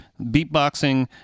beatboxing